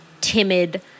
timid